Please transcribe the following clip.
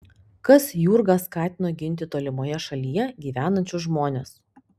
kas jurgą skatino ginti tolimoje šalyje gyvenančius žmones